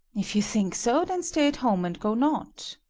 if you think so, then stay at home and go not.